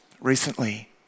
recently